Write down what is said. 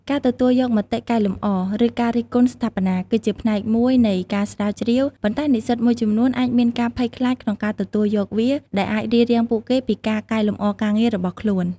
ការទទួលយកមតិកែលម្អ ឬការរិះគន់ស្ថាបនា គឺជាផ្នែកមួយនៃការស្រាវជ្រាវ ប៉ុន្តែនិស្សិតមួយចំនួនអាចមានការភ័យខ្លាចក្នុងការទទួលយកវា ដែលអាចរារាំងពួកគេពីការកែលម្អការងាររបស់ខ្លួន។